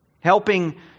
Helping